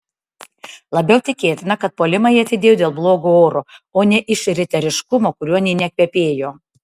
labiau tikėtina kad puolimą jie atidėjo dėl blogo oro o ne iš riteriškumo kuriuo nė nekvepėjo